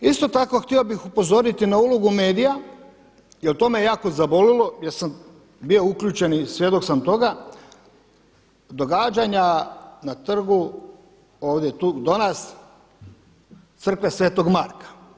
Isto tako htio bih upozoriti na ulogu medija jel to me jako zabolilo jer sam bio uključen i svjedok sam toga, događanja na trgu do nas Crkve sv. Marka.